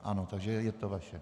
Ano, takže je to vaše.